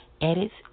edits